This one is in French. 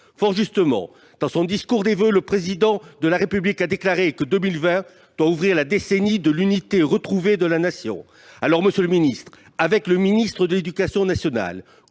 Fort justement, dans son discours de voeux aux Français, le Président de la République a déclaré que « 2020 doit ouvrir la décennie de l'unité retrouvée de la Nation ». Alors, monsieur le ministre, comment comptez-vous, avec le ministre de l'éducation nationale,